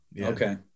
Okay